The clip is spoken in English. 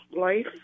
life